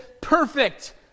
perfect